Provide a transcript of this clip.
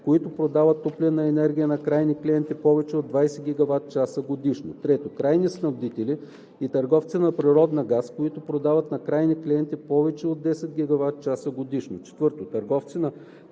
които продават топлинна енергия на крайни клиенти повече от 20 GWh годишно; 3. крайни снабдители и търговци на природен газ, които продават на крайни клиенти повече от 10 GWh годишно; 4. търговци на